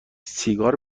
سیگار